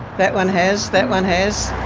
that one has, that one has,